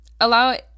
allow